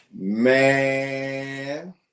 Man